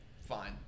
fine